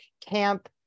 camp